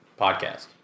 podcast